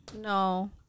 No